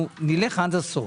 נלך עד הסוף.